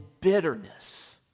bitterness